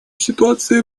ситуация